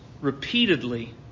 repeatedly